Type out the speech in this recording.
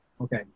Okay